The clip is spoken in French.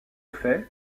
fait